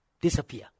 Disappear